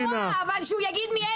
לא ההשתלטות שלכם על המדינה,